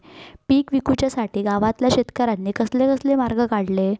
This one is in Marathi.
पीक विकुच्यासाठी गावातल्या शेतकऱ्यांनी कसले कसले मार्ग काढले?